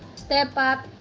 step up,